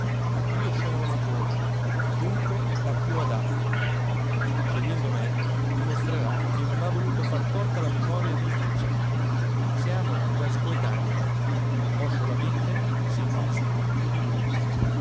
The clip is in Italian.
io sono la maggiore dunque la più adatta scegliendo me dimostrerà che non ha voluto far torto alla memoria d'iduccia siamo quasi coetanei ho solamente sei mesi più di lui